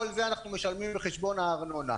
כל זה אנחנו משלמים בחשבון הארנונה,